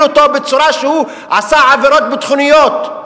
אותו בצורה שהוא עשה עבירות ביטחוניות.